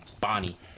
Bonnie